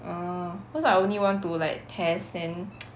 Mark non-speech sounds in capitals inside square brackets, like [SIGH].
ah cause I only want to like test then [NOISE]